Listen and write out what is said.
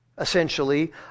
essentially